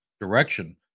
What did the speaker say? direction